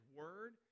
word